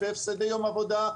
בהפסדי יום עבודה,